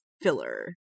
filler